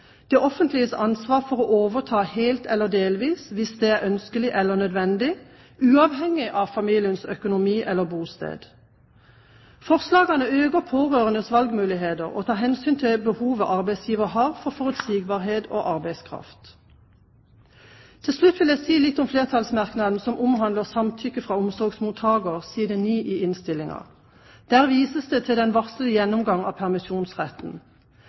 det offentliges ansvar for å overta helt eller delvis, hvis det er ønskelig eller nødvendig, uavhengig av familiens økonomi eller bosted. Forslagene øker pårørendes valgmuligheter og tar hensyn til behovet arbeidsgiver har for forutsigbarhet og arbeidskraft. Til slutt vil jeg si litt om flertallsmerknaden som omhandler samtykke fra omsorgsmottaker, side 9 i innstillingen. Der vises det til den «varslede gjennomgang av permisjonsretten».